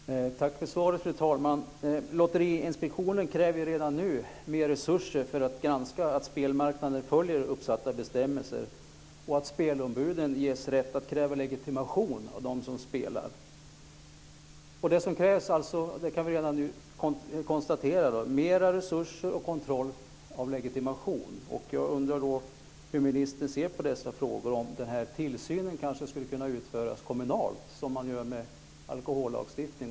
Fru talman! Tack för svaret. Lotteriinspektionen kräver ju redan nu mer resurser för att granska att spelmarknaden följer uppsatta bestämmelser och att spelombuden ges rätt att kräva legitimation av dem som spelar. Vi kan alltså redan nu konstatera att det som krävs är mer resurser och kontroll av legitimation. Jag undrar då hur ministern ser på dessa frågor och om denna tillsyn kanske skulle kunna utföras kommunalt på samma sätt som sker i fråga om tillsynen när det gäller alkohollagstiftningen.